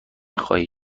خواهید